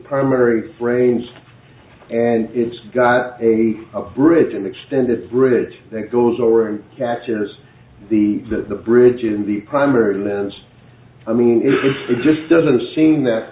primary brains and it's got a bridge in the extended bridge that goes over and catches the the bridge and the primary lands i mean it just doesn't seem that